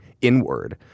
inward